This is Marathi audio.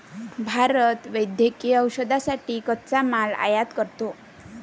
भारत वैद्यकीय औषधांसाठी कच्चा माल आयात करतो